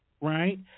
right